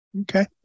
Okay